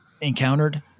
encountered